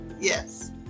Yes